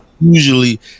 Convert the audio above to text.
usually